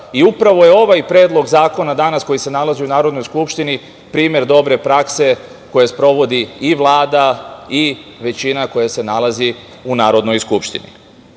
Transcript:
i upravo je ovaj predlog zakona danas, koji se nalazi u Narodnoj skupštini, primer dobre prakse koju sprovodi i Vlada i većina koja se nalazi u Narodnoj skupštini. Svakako